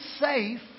safe